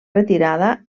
retirada